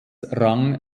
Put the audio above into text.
rang